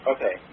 Okay